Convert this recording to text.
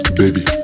baby